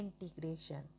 integration